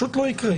פשוט לא יקרה.